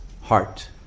heart